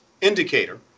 indicator